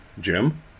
Jim